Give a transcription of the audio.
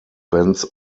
benz